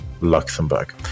Luxembourg